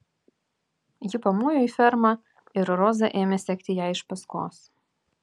ji pamojo į fermą ir roza ėmė sekti jai iš paskos